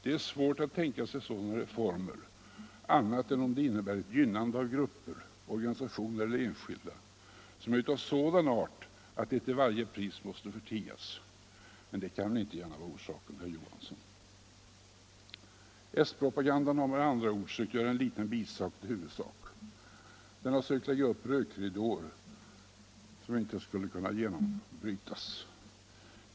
Det är svårt att tänka sig sådana reformer annat än om de innebär ett gynnande av grupper, organisationer eller enskilda, som är av sådan art att det till varje pris måste förtigas. Men det kan väl inte gärna vara orsaken, herr Johansson i Trollhättan. S-propagandan har med andra ord försökt göra en liten bisak till huvudsak. Den har försökt lägga ut rökridåer som inte skall kunna genombrytas.